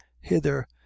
hither